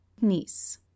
niece